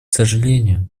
сожалению